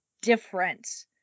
different